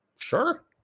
sure